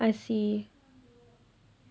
I see